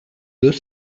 deux